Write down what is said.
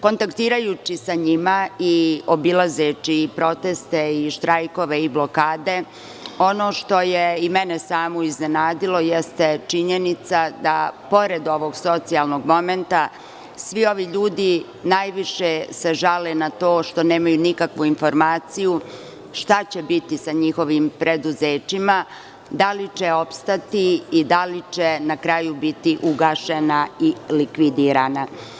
Kontaktirajući sa njima i obilazeći i proteste i štrajkove i blokade, ono što je i mene samu iznenadilo jeste činjenica da pored ovog socijalnog momenta svi ovi ljudi najviše se žale na to što nemaju nikakvu informaciju, šta će biti sa njihovim preduzećima, da li će opstati, i da li će na kraju biti ugašena i likvidirana.